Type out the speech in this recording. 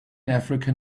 african